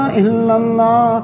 illallah